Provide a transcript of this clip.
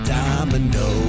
Domino